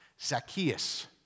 Zacchaeus